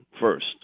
first